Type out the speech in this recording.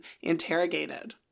interrogated